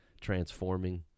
transforming